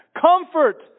comfort